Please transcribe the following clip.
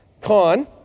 Con